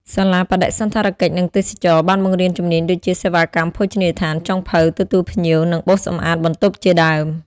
សាលាបដិសណ្ឋារកិច្ច និងទេសចរណ៍ បានបង្រៀនជំនាញដូចជា សេវាកម្មភោជនីយដ្ឋាន ចុងភៅ ទទួលភ្ញៀវ និងបោសសម្អាតបន្ទប់ជាដើម។